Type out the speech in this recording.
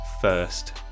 first